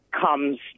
comes